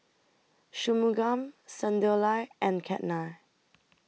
Shunmugam Sunderlal and Ketna